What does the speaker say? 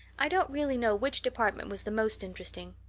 i don't really know which department was the most interesting.